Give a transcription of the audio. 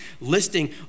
listing